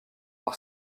par